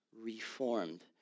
reformed